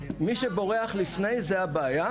מי שבורח לפני זאת הבעיה,